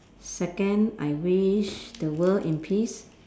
second I wish the world in peace